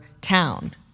town